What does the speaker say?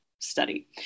Study